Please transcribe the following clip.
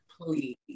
please